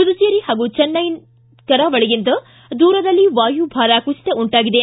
ಪುದುಚೆರಿ ಹಾಗೂ ಚೆನ್ನೈ ಕರಾವಳಿಯಿಂದ ದೂರದಲ್ಲಿ ವಾಯುಭಾರ ಕುಸಿತ ಉಂಟಾಗಿದೆ